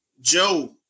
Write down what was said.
Joe